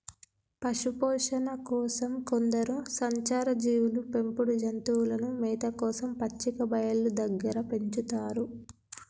పశుపోషణ కోసం కొందరు సంచార జీవులు పెంపుడు జంతువులను మేత కోసం పచ్చిక బయళ్ళు దగ్గర పెంచుతారు